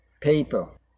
People